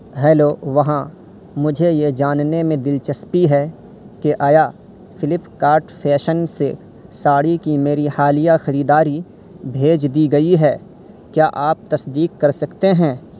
hello وہاں مجھے یہ جاننے میں دلچسپی ہے کہ آیا فلپ کارٹ فیشن سے ساڑی کی میری حالیہ خریداری بھیج دی گئی ہے کیا آپ تصدیق کر سکتے ہیں